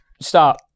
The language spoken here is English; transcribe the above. stop